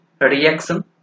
reaction